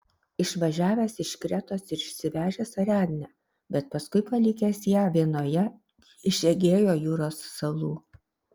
išvažiavęs iš kretos ir išsivežęs ariadnę bet paskui palikęs ją vienoje iš egėjo jūros salų